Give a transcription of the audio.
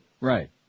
Right